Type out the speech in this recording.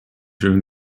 during